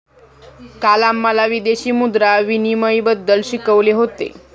काल आम्हाला विदेशी मुद्रा विनिमयबद्दल शिकवले होते